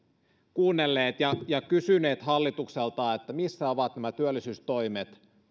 kuunnelleet ja ja kysyneet hallitukselta missä ovat nämä työllisyystoimet